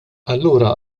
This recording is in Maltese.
allura